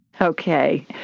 Okay